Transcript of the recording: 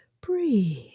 Breathe